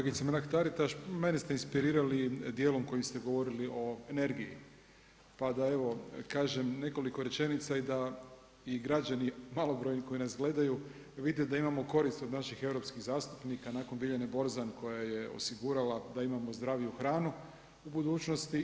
Kolegice Mrak-Taritaš, mene ste inspirirali dijelom koji ste govorili o energiji, pa da evo kažem nekoliko rečenica i da i građani malobrojni koji nas gledaju, vide da imamo korist o naših europskih zastupnika nakon Biljane Borzan koje je osigurala da imamo zdraviju hranu u budućnosti.